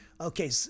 Okay